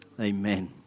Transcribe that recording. amen